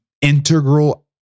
integral